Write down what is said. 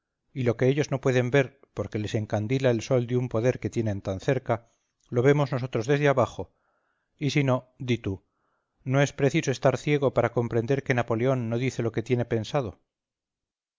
y lo que ellos no pueden ver porque les encandila el sol de un poder que tienen tan cerca lo vemos nosotros desde abajo y si no di tú no es preciso estar ciego para comprender que napoleón no dice lo que tiene pensado